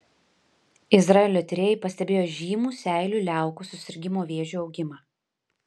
izraelio tyrėjai pastebėjo žymų seilių liaukų susirgimo vėžiu augimą